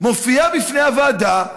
מופיעה לפני הוועדה,